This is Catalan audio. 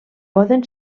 poden